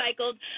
recycled